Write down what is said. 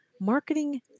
marketing